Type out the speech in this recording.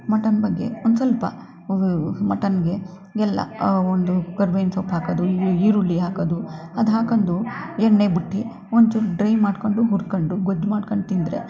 mutton ಬಗ್ಗೆ ಒಂದು ಸ್ವಲ್ಪ ಮಟನ್ಗೆ ಎಲ್ಲ ಆ ಒಂದು ಕರಿಬೇವಿನ ಸೊಪ್ಪು ಹಾಕೋದು ಈರುಳ್ಳಿ ಹಾಕೋದು ಅದು ಹಾಕೊಂಡು ಎಣ್ಣೆ ಬಿಟ್ಟು ಒಂಚೂರು ಡ್ರೈ ಮಾಡ್ಕೊಂಡು ಹುರ್ಕೊಂಡು ಗೊಜ್ಜು ಮಾಡ್ಕೊಂಡು ತಿಂದರೆ